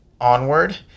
Onward